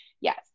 yes